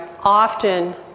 often